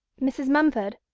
mrs. mumford,